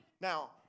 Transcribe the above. Now